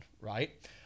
right